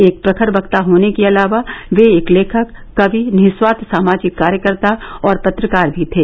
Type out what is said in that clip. एक प्रखर वक्ता होने के अलावा वे एक लेखक कवि निस्वार्थ सामाजिक कार्यकर्ता और पत्रकार भी थे